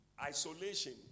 Isolation